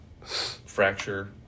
fracture